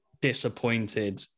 disappointed